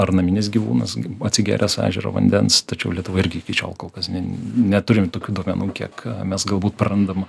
ar naminis gyvūnas atsigėręs ežero vandens tačiau lietuva irgi iki šiol kol kas neturim tokių duomenų kiek mes galbūt prarandam